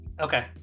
okay